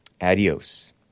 Adios